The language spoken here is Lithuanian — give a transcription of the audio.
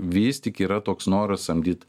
vistik yra toks noras samdyt